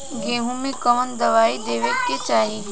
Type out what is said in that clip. गेहूँ मे कवन दवाई देवे के चाही?